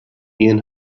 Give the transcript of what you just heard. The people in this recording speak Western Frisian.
jin